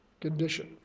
condition